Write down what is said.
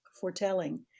foretelling